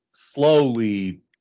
slowly